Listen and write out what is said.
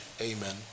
Amen